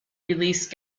released